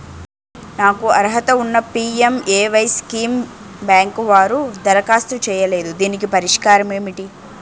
నాకు అర్హత ఉన్నా పి.ఎం.ఎ.వై స్కీమ్ బ్యాంకు వారు దరఖాస్తు చేయలేదు దీనికి పరిష్కారం ఏమిటి?